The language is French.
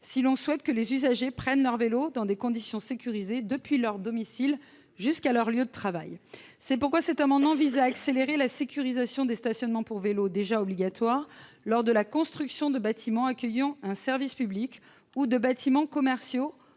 si l'on veut que les usagers prennent leur vélo dans des conditions sécurisées depuis leur domicile jusqu'à leur lieu de travail. Cet amendement vise donc à accélérer la sécurisation des stationnements pour vélos, qui sont déjà obligatoires lors de la construction de bâtiments accueillant un service public ou de bâtiments commerciaux